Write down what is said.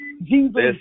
Jesus